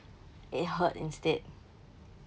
it hurt instead